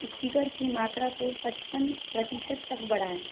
speaker की मात्रा को पचपन प्रतिशत तक बढ़ाएँ